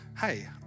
hey